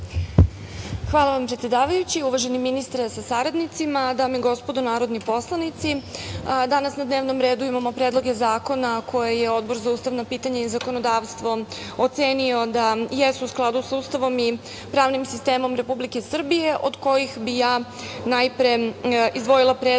Hvala vam predsedavajući. Uvaženi ministre sa saradnicima, Dame i gospodo narodni poslanici, danas na dnevnom redu imamo predloge zakone koje je Odbor za ustavna pitanja i zakonodavstvo ocenio da jesu u skladu sa Ustavom i pravnim sistemom Republike Srbije, od kojih bih ja najpre izdvojila predlog